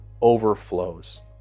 overflows